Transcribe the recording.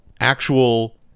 actual